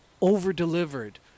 over-delivered